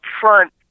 front